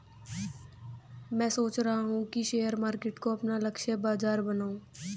मैं सोच रहा हूँ कि शेयर मार्केट को अपना लक्ष्य बाजार बनाऊँ